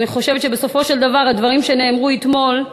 אני חושבת שבסופו של דבר הדברים שנאמרו אתמול,